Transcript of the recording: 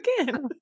again